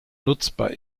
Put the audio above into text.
nutzbar